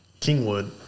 Kingwood